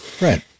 Right